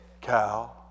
Cow